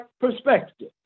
perspective